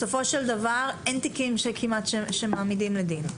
בסופו של דבר, כמעט ואין תיקים שבהם מעמידים לדין.